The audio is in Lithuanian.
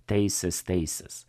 teisės teisės